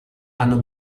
hanno